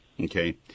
Okay